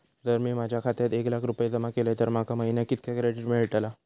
जर मी माझ्या खात्यात एक लाख रुपये जमा केलय तर माका महिन्याक कितक्या क्रेडिट मेलतला?